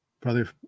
Brother